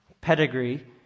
pedigree